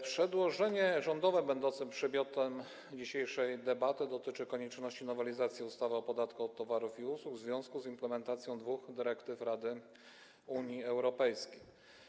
Przedłożenie rządowe będące przedmiotem dzisiejszej debaty dotyczy konieczności nowelizacji ustawy o podatku od towarów i usług w związku z implementacją dwóch dyrektyw Rady Unii Europejskiej.